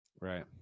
Right